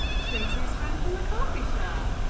tracy's friend from the coffee shop.